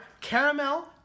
caramel